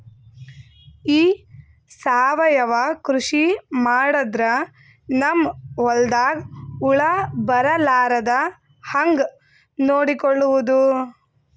ಈ ಸಾವಯವ ಕೃಷಿ ಮಾಡದ್ರ ನಮ್ ಹೊಲ್ದಾಗ ಹುಳ ಬರಲಾರದ ಹಂಗ್ ನೋಡಿಕೊಳ್ಳುವುದ?